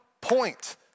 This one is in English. point